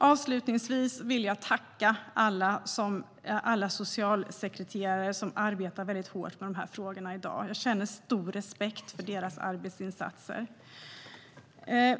Avslutningsvis vill jag tacka alla socialsekreterare som arbetar väldigt hårt med de här frågorna i dag. Jag känner stor respekt för deras arbetsinsatser.